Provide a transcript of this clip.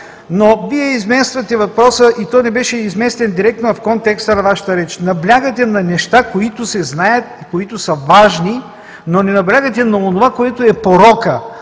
Но Вие измествате въпроса и той не беше изместен директно, а в контекста на Вашата реч. Наблягате на неща, които се знаят, които са важни, но не наблягате на онова, което е порокът,